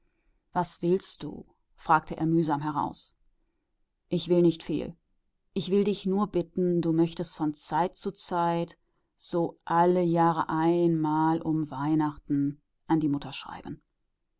was willst du fragte er mühsam heraus ich will nicht viel ich will dich nur bitten du möchtest von zeit zu zeit so alle jahre einmal um weihnachten an die mutter